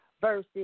versus